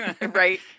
right